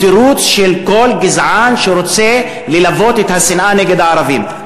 הוא תירוץ של כל גזען שרוצה ללבות את השנאה נגד הערבים.